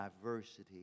diversity